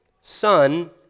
Son